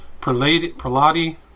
Prelati